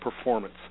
performance